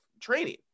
training